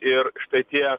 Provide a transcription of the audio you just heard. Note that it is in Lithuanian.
ir štai tie